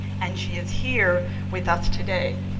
and she is here with us today.